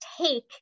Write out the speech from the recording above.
take